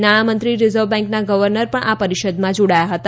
નાણામંત્રી રીઝર્વ બેન્કના ગવર્નર પણ આ પરિષદમાં જોડાયા હતા